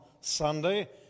Sunday